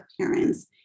parents